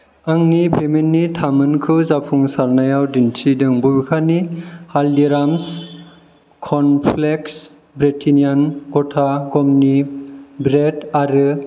आंनि पेमेन्टनि थामानखौ जाफुंसारनायाव दिन्थिदों बबेखानि हालदिराम्स कर्नफ्लेक्स ब्रिटेन्निया गथा गमनि ब्रेद आरो